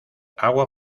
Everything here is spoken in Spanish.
agua